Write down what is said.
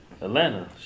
Atlanta